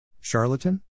Charlatan